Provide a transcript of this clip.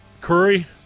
Curry